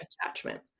attachment